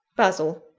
basil,